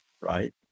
Right